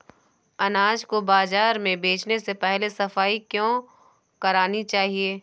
अनाज को बाजार में बेचने से पहले सफाई क्यो करानी चाहिए?